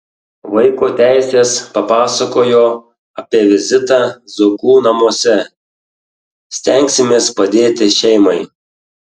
vaiko teisės papasakojo apie vizitą zuokų namuose stengsimės padėti šeimai